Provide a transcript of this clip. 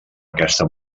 aquesta